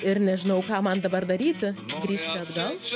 ir nežinau ką man dabar daryti grįžti atgal